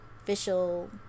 official